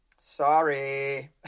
Sorry